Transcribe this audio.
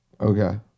Okay